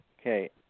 Okay